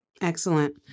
Excellent